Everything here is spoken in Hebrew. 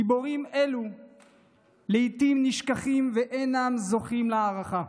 גיבורים אלו לעיתים נשכחים ואינם זוכים להערכה.